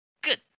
Good